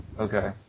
Okay